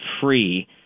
free